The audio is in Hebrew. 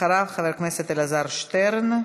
אחריו, חבר הכנסת אלעזר שטרן.